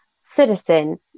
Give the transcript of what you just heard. citizen